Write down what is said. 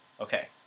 Okay